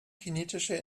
kinetische